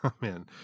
Man